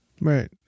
right